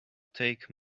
take